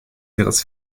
ihres